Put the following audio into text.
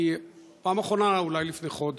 בפעם האחרונה אולי לפני חודש.